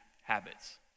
habits